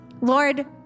Lord